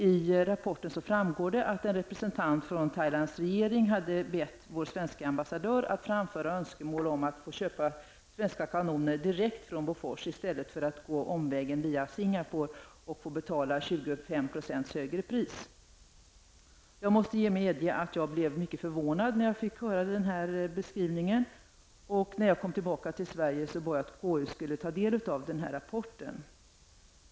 Av rapporten framgår att en representant för Thailands regering hade bett vår svenska ambassadör att framföra önskemål om att få köpa svenska kanoner direkt från Bofors i stället för att gå omvägen via Singapore och vara tvungen att betala 25 % högre pris. Jag måste medge att jag blev mycket förvånad över denna beskrivning. När jag kom tillbaka till Sverige bad jag att konstitutionsutskottet skulle få ta del av denna rapport.